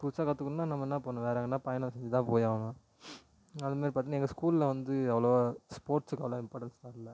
புதுசாக கற்றுக்கணுன்னா நம்ம என்ன பண்ணணும் வேறு எங்கனால் பயணம் செஞ்சு தான் போய் ஆகணும் அதுமாரி பார்த்திங்கன்னா எங்கள் ஸ்கூலில் வந்து அவ்வளவா ஸ்போர்ட்ஸுக்கு அவ்வளவா இம்பார்டன்ஸ் தரலை